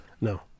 no